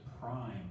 prime